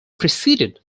preceded